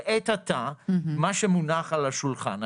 לעת עתה מה שמונח על השולחן,